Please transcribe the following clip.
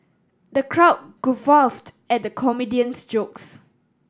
the crowd guffawed at the comedian's jokes